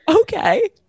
okay